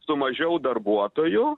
su mažiau darbuotojų